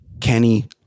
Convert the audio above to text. Kenny